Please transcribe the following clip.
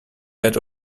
edge